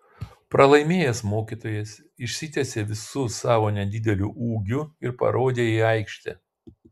pralaimėjęs mokytojas išsitiesė visu savo nedideliu ūgiu ir parodė į aikštę